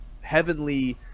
heavenly